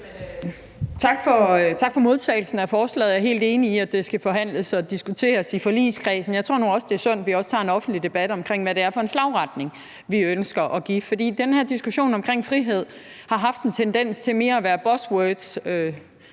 Tak for modtagelsen af forslaget. Jeg er helt enig i, at det skal forhandles og diskuteres i forligskredsen. Jeg tror nu også, det er sundt, at vi også tager en offentlig debat om, hvad det er for en retning, vi ønsker til at gå i. For den her diskussion om frihed har haft en tendens til mere at handle om buzzwords.